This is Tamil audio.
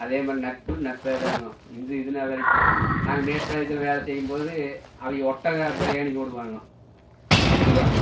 அதே மாதிரி நட்பு நட்பே தாங்க இது இதுநாள் வரைக்கும் நாங்கள் மேட்டுப்பாளையத்துல வேலை செய்யும் போது அவங்க ஒட்டக பிரியாணி போடுவாங்க கூப்பிடுவாங்க